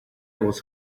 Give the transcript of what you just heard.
was